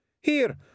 Here